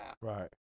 Right